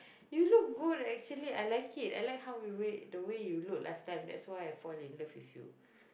you look good actually I like it I like how you way the way you look last time that's why I fall in love with you